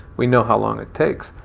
we know how long it takes.